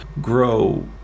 grow